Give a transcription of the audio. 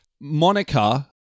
Monica